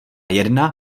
jedna